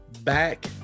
back